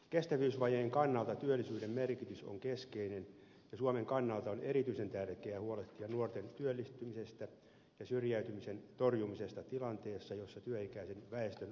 kestävyysvajeen kannalta työllisyyden merkitys on keskeinen ja suomen kannalta on erityisen tärkeä huolehtia nuorten työllistymisestä ja syrjäytymisen torjumisesta tilanteessa jossa työikäisen väestön osuus on vähenemässä